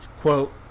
quote